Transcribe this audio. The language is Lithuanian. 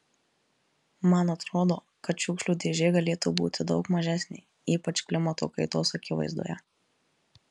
man atrodo kad šiukšlių dėžė galėtų būti daug mažesnė ypač klimato kaitos akivaizdoje